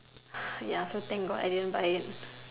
ya so thank God I didn't buy it